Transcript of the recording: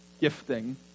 gifting